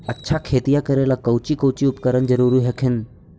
अच्छा खेतिया करे ला कौची कौची उपकरण जरूरी हखिन?